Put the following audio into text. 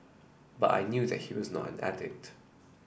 but I knew that he was not an addict